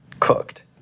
cooked